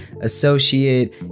associate